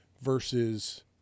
versus